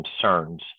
concerns